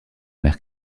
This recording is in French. mer